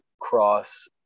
cross